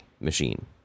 machine